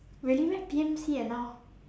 really meh P_M_C and now